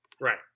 Right